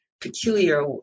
peculiar